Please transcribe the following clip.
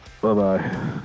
Bye-bye